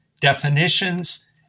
definitions